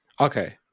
Okay